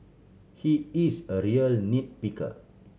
he is a real nit picker